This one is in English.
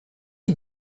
you